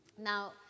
Now